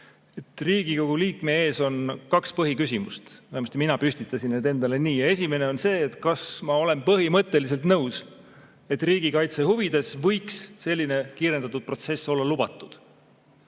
on Riigikogu liikme ees kaks põhiküsimust, vähemasti mina püstitasin need endale nii. Esimene on see, kas ma olen põhimõtteliselt nõus, et riigikaitse huvides võiks selline kiirendatud protsess olla lubatud.